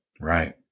Right